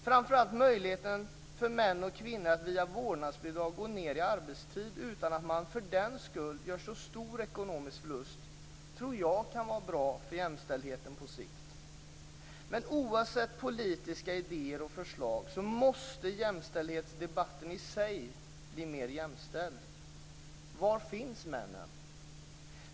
Framför allt möjligheterna för män och kvinnor att via vårdnadsbidraget gå ned i arbetstid, utan att man för den skull gör så stor ekonomisk förlust, tror jag kan vara bra för jämställdheten på sikt. Men oavsett politiska idéer och förslag så måste jämställdhetsdebatten i sig bli mer jämställd. Var finns männen?